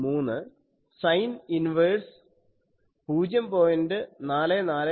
3 sine inverse 0